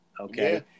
Okay